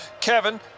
Kevin